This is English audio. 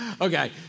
Okay